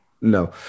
No